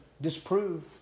disprove